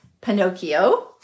Pinocchio